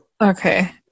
Okay